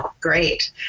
Great